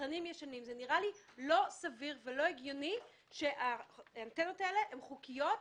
נראה לי לא סביר ולא הגיוני שהאנטנות האלה הן חוקיות,